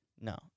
No